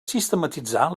sistematitzar